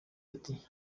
ati